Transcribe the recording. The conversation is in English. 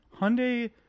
Hyundai